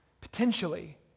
potentially